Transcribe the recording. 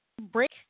break